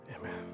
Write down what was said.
Amen